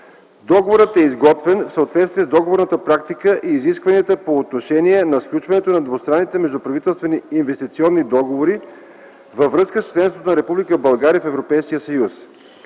Договорът е изготвен в съответствие с договорната практика и изискванията по отношение на сключването на двустранните междуправителствени инвестиционни договори във връзка с членството на Република България в Европейския съюз.